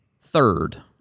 third